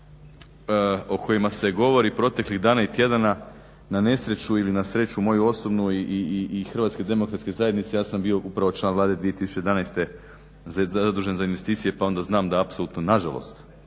o kojima se govori proteklih dana i tjedana, na nesreću ili na sreću moju osobnu i HDZ-a ja sam bio upravo član Vlade 2011. zadužen za investicije pa onda znam da apsolutno nažalost,